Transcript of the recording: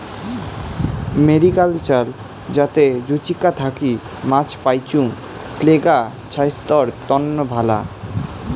mariculture যাতে জুচিকা থাকি মাছ পাইচুঙ, সেগ্লা ছাইস্থ্যর তন্ন ভালা